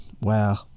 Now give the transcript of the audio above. Wow